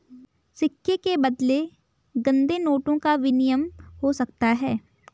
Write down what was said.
सिक्के के बदले गंदे नोटों का विनिमय हो सकता है